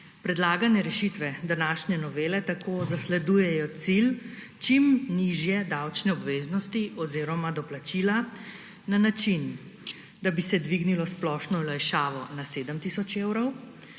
Predlagane rešitve današnje novele tako zasledujejo cilj čim nižje davčne obveznosti oziroma doplačila na način, da bi se dvignilo splošno olajšavo na 7 tisoč evrov,